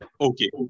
Okay